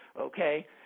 okay